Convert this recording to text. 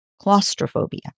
claustrophobia